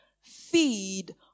feed